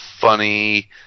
funny